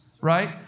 right